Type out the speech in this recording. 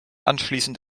anschließend